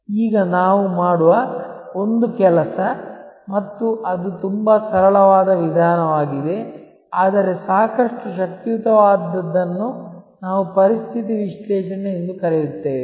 ಈಗ ನಾವು ಮಾಡುವ ಒಂದು ಕೆಲಸ ಮತ್ತು ಅದು ತುಂಬಾ ಸರಳವಾದ ವಿಧಾನವಾಗಿದೆ ಆದರೆ ಸಾಕಷ್ಟು ಶಕ್ತಿಯುತವಾದದ್ದನ್ನು ನಾವು ಪರಿಸ್ಥಿತಿ ವಿಶ್ಲೇಷಣೆ ಎಂದು ಕರೆಯುತ್ತೇವೆ